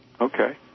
okay